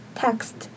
text